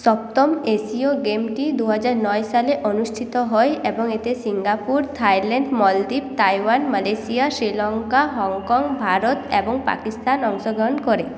সপ্তম এশীয় গেমটি দুহাজার নয় সালে অনুষ্ঠিত হয় এবং এতে Singapore Thailand Maldives Taiwan Malaysia Sri Lanka Hong Kong Bharat এবং পাকিস্তান অংশগ্রহণ করে